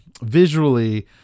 visually